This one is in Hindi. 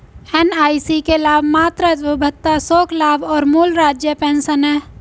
एन.आई.सी के लाभ मातृत्व भत्ता, शोक लाभ और मूल राज्य पेंशन हैं